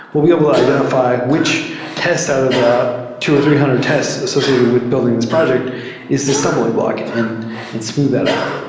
we'll be able to identify which tests out of the two hundred or three hundred tests associated with building this project is the stumbling block and and smooth that out.